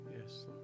yes